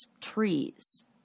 trees